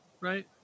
right